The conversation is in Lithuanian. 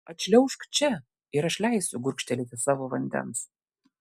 atšliaužk čia ir aš leisiu gurkštelėti savo vandens